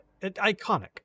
iconic